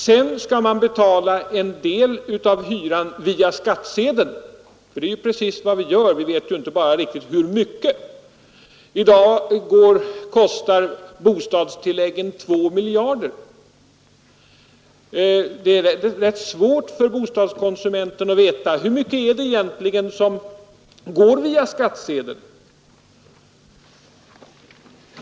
Sedan skall man betala en del av hyran via skattsedeln. Det är nämligen precis vad vi gör, men vi vet bara inte riktigt hur mycket vi betalar. Bostadstilläggen uppgår i dag till 2 miljarder kronor. Det är alltså ganska svårt för bostadskonsumenten att veta hur mycket av detta som han betalar via skattsedeln.